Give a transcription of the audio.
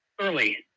early